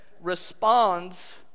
responds